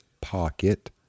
pocket